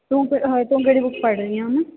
ਤੂੰ ਕਿਹੜੀ ਬੂਕ ਪੜ੍ਹ ਰਹੀ ਹੈ ਹੁਣ